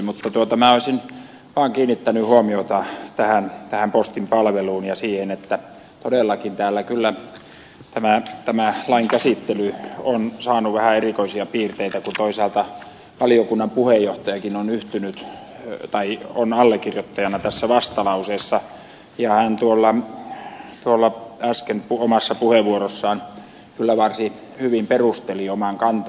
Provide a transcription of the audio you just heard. mutta minä olisin vain kiinnittänyt huomiota tähän postin palveluun ja siihen että todellakin täällä kyllä tämä lain käsittely on saanut vähän erikoisia piirteitä kun toisaalta valiokunnan puheenjohtajakin on allekirjoittajana tässä vastalauseessa ja hän äskeisessä puheenvuorossaan kyllä varsin hyvin perusteli oman kantansa